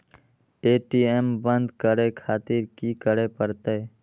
ATM बंद करें खातिर की करें परतें?